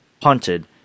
punted